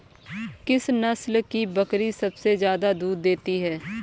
किस नस्ल की बकरी सबसे ज्यादा दूध देती है?